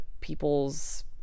people's